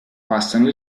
passano